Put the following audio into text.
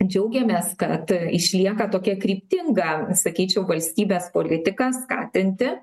džiaugiamės kad išlieka tokia kryptinga sakyčiau valstybės politika skatinti